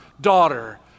daughter